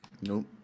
Nope